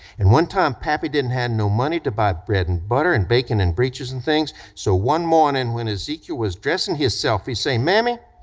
and one time pappy didn't have no money to buy bread and butter and bacon and breeches and things, so one morning when ezekiel was dressing himself, he say, mammy,